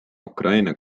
ukraina